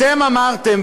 אתם אמרתם,